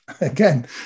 Again